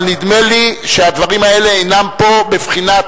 אבל נדמה לי שהדברים האלה אינם פה בבחינת